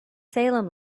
salem